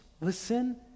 listen